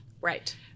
right